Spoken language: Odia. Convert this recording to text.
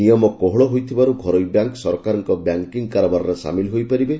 ନିୟମ କୋହଳ ହୋଇଥିବାରୁ ଘରୋଇ ବ୍ୟାଙ୍କ୍ ସରକାରଙ୍କ ବ୍ୟାଙ୍କିଙ୍ଗ୍ କାରବାରରେ ସାମିଲ ହୋଇପାରିବେ